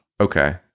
Okay